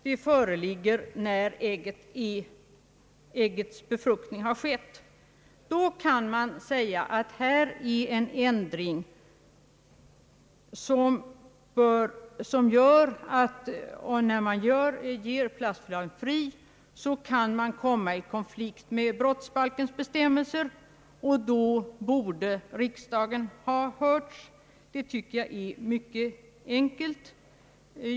Därför kan det sägas att då plastspiralen ges fri kan man komma i konflikt med brottsbalkens bestämmelser. I samband med en sådan ändring borde därför riksdagen ha hörts.